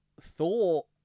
Thor